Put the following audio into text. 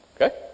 Okay